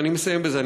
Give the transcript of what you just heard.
אני מסיים בזה,